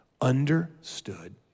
understood